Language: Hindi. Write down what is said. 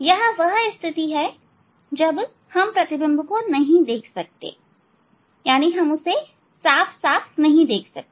यह वह स्थिति है जब हम प्रतिबिंब को नहीं देख सकते ठीक है हम प्रतिबिंब को साफ साफ नहीं देख सकते